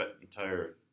entire